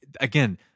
again